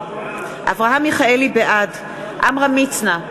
בעד עמרם מצנע,